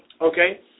Okay